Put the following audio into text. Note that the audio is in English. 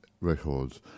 records